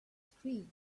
screen